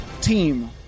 team